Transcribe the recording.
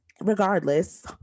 regardless